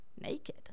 Naked